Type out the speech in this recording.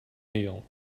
meal